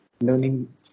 learning